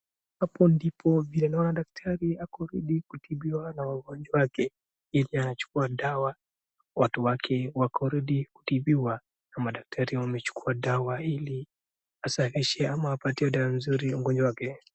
Hapo ndipo tunaona daktari ako Ready kutibiwa na wagonjwa wake. Hivi anachukua dawa, watu wake wako Ready kutibiwa na madaktari wamechukua dawa ili asafishe ama apatie dawa nzuri mgonjwa wake.